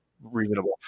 reasonable